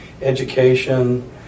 education